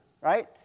Right